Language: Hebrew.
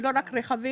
זה לא רק רכבים.